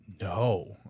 No